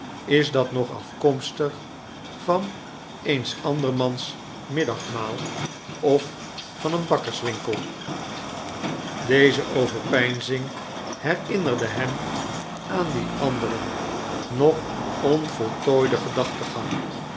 is dat nog afkomstig van eens andermans middagmaal of van een bakkerswinkel deze overpeinzing herinnerde hem aan dien anderen nog onvoltooiden gedachtengang